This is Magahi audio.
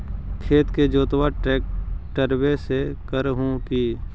खेत के जोतबा ट्रकटर्बे से कर हू की?